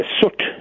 soot